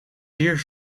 zeer